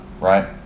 right